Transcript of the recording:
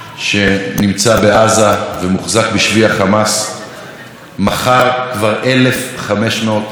שנמצא בעזה ומוחזק בשבי החמאס מחר כבר 1,500 ימים,